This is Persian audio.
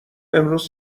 امروز